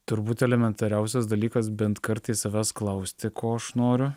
turbūt elementariausias dalykas bent kartai savęs klausti ko aš noriu